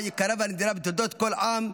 היקרה והנדירה בתולדות על עם,